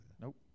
Nope